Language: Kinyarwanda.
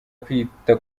kwita